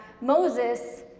Moses